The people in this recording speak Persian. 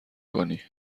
کنی